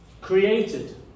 Created